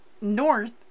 North